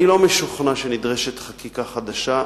אני לא משוכנע שנדרשת חקיקה חדשה.